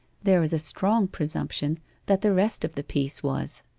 there is a strong presumption that the rest of the piece was